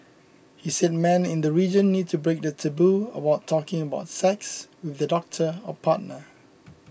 he said men in the region need to break the taboo about talking about sex with their doctor or partner